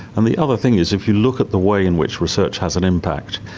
and the other thing is if you look at the way in which research has an impact,